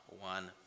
one